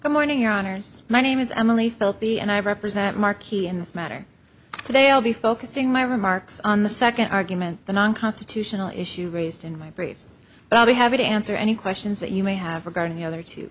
good morning honors my name is emily filthy and i represent marquis in this matter today i'll be focusing my remarks on the second argument the non constitutional issue raised in my briefs and i'll be happy to answer any questions that you may have regarding the other two